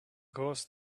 course